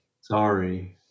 Sorry